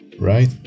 right